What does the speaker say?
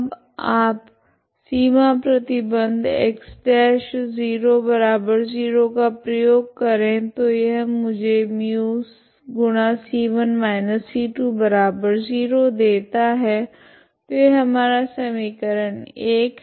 अब आप सीमा प्रतिबंध X'0 का प्रयोग करे तो यह मुझे μ c1−c2 0 देता है तो यह हमारा समीकरण 1 है